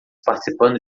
participando